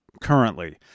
currently